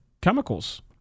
chemicals